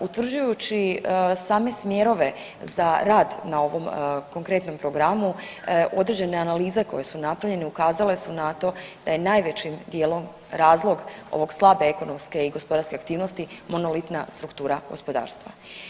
Utvrđujući same smjerove za rad na ovom konkretnom programu određene analize koje su napravljene ukazale su na to da je najvećim dijelom razlog ove slabe ekonomske i gospodarske aktivnosti monolitna struktura gospodarstva.